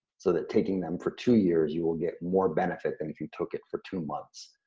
so that taking them for two years, you will get more benefit than if you took it for two months.